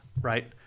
right